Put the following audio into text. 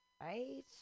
Right